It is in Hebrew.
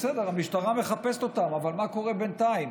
בסדר, המשטרה מחפשת אותם, אבל מה קורה בינתיים?